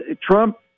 Trump